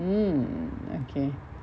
mm okay